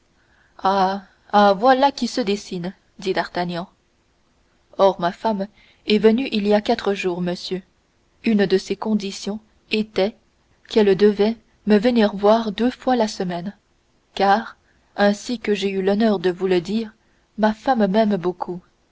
ah voilà qui se dessine dit d'artagnan or ma femme est venue il y a quatre jours monsieur une de ses conditions était qu'elle devait me venir voir deux fois la semaine car ainsi que j'ai eu l'honneur de vous le dire ma femme m'aime beaucoup